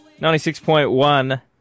96.1